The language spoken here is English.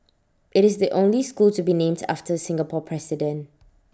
IT is the only school to be named after Singapore president